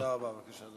לצערי הרב, לא